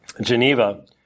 Geneva